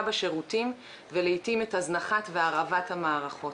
בשירותים ולעיתים את הזנחת והרעבת המערכות.